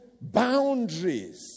boundaries